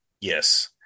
yes